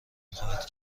خواهد